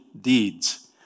deeds